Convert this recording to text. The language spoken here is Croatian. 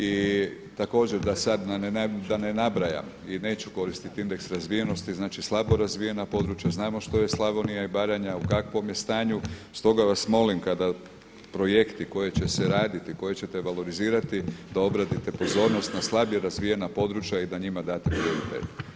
I također da sada ne, da ne nabrajam i neću koristiti indeks razvijenosti, znači slabo razvijena područja, znamo što je Slavonija i Baranja, u kakvom je stanju, stoga vas molim kada projekti koji će se raditi, koje ćete valorizirati da obratite pozornost na slabije razvijena područja i da njima date prioritet.